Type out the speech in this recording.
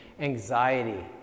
anxiety